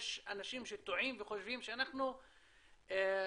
יש אנשים שטועים וחושבים שאנחנו לא